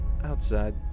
outside